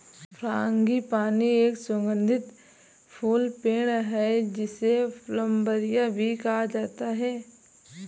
frangipani एक सुगंधित फूल पेड़ है, जिसे प्लंबरिया भी कहा जाता है